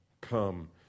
come